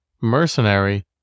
Mercenary